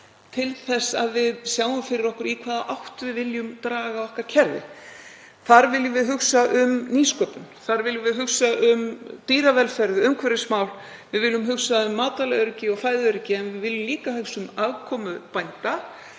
til þess að við sjáum fyrir okkur í hvaða átt við viljum draga okkar kerfi. Þar viljum við hugsa um nýsköpun. Þar viljum við hugsa um dýravelferð og umhverfismál. Við viljum hugsa um matvælaöryggi og fæðuöryggi en við viljum líka hugsa um afkomu bænda.